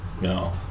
No